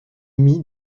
demi